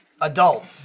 adult